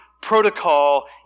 protocol